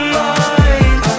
mind